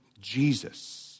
Jesus